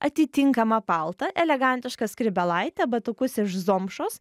atitinkamą paltą elegantišką skrybėlaitę batukus iš zomšos